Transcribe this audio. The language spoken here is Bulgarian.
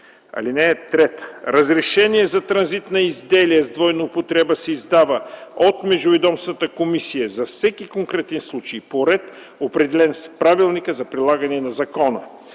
употреба. (3) Разрешение за транзит на изделия с двойна употреба се издава от Междуведомствената комисия за всеки конкретен случай по ред, определен с правилника за прилагане на закона.